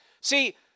See